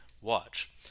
watch